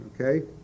Okay